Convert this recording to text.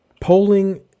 polling